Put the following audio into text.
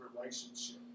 relationship